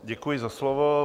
Děkuji za slovo.